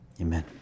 Amen